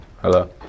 Hello